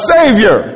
Savior